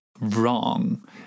wrong